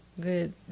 good